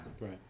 Right